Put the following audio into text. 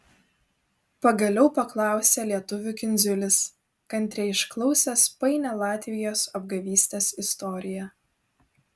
pagaliau paklausė lietuvių kindziulis kantriai išklausęs painią latvijos apgavystės istoriją